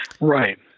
Right